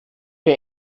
wir